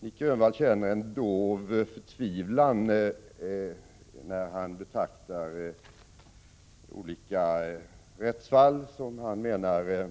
Nic Grönvall känner en dov förtvivlan när han betraktar olika rättsfall som han menar